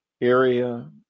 area